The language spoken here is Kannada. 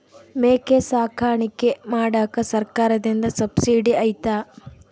ಮೇಕೆ ಸಾಕಾಣಿಕೆ ಮಾಡಾಕ ಸರ್ಕಾರದಿಂದ ಸಬ್ಸಿಡಿ ಐತಾ?